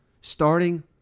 Starting